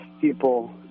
people